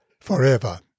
forever